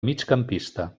migcampista